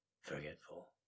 Forgetful